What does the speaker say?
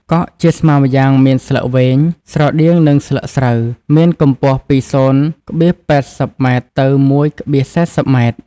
កក់ជាស្មៅម្យ៉ាងមានស្លឹកវែង ស្រដៀងនឹងស្លឹកស្រូវ មានកំពស់ ពី ០,៨០ ម៉ែត្រទៅ ១,៤០ ម៉ែត្រ ។